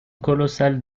colossale